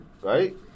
Right